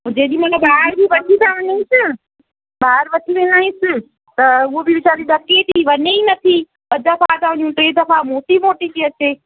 जेॾी महिल ॿाहिरि बि वठी था वञूसि न ॿाहिरि वठी वेंदा आहियूंसि त उहा बि वीचारी ॾके थी वञे ई नथी ॿ दफ़ा वञू टे दफ़ा मोटी मोटी थी अचे